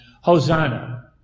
Hosanna